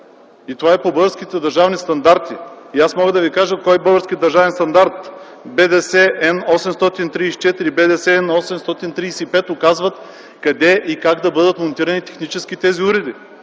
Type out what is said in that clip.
И това е по българските държавни стандарти. И аз мога да Ви кажа кой български държавен стандарт – „БДС-М 834”, „БДС-М 835” оказват къде и как да бъдат монтирани технически тези уреди.